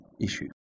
issue